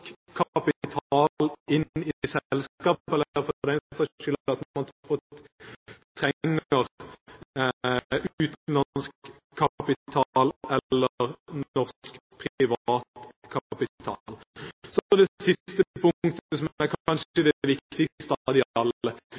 kapital inn i selskapet eller, for den saks skyld, at man fortrenger utenlandsk kapital eller norsk privat kapital. Så det siste punktet som kanskje er det viktigste av alle: